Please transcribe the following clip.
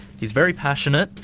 he's very passionate,